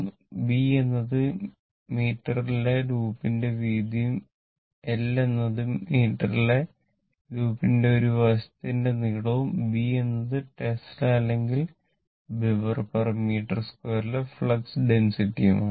B എന്നത് മീറ്ററിലെ ലൂപ്പിന്റെ വീതിയും L എന്നത് മീറ്ററിലെ ലൂപ്പിന്റെ ഒരു വശത്തിന്റെ നീളവും B എന്നത് ടെസ്ല അല്ലെങ്കിൽ വെബർമീറ്റർ സ്ക്വയറിലെwebermeter square ഫ്ലക്സ് ഡെൻസിറ്റിയുമാണ്